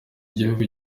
gihugu